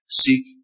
seek